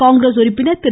காங்கிரஸ் உறுப்பினர் திரு